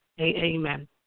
amen